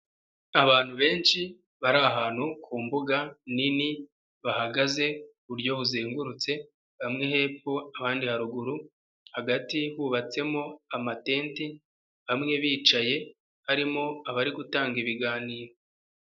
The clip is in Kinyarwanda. Abantu benshi bari ahantu ku mbuga nini bahagaze ku buryo buzengurutse bamwe hepfo abandi haruguru, hagati hubatsemo amatenti, bamwe bicaye harimo abari gutanga ibiganiro.